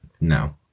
no